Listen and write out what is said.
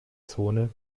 zone